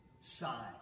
Sign